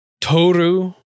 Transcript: Toru